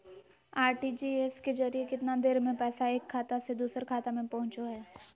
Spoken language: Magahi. आर.टी.जी.एस के जरिए कितना देर में पैसा एक खाता से दुसर खाता में पहुचो है?